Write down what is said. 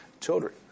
children